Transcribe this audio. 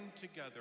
together